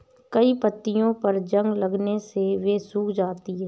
कई पत्तियों पर जंग लगने से वे सूख जाती हैं